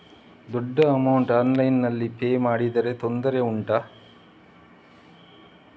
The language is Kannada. ದೊಡ್ಡ ಅಮೌಂಟ್ ಆನ್ಲೈನ್ನಲ್ಲಿ ಪೇ ಮಾಡಿದ್ರೆ ತೊಂದರೆ ಉಂಟಾ?